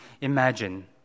imagine